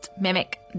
mimic